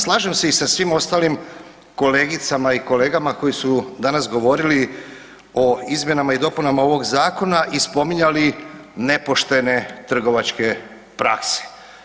Slažem se i sa svim ostalim kolegicama i kolegama koji su danas govorili o izmjenama i dopunama ovoga Zakona i spominjali nepoštene trgovačke prakse.